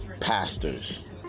pastors